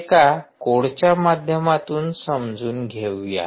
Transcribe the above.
हे एका कोडच्या माध्यमातून समजून घेऊया